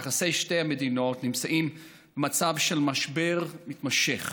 יחסי שתי המדינות נמצאים במצב של משבר מתמשך.